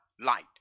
light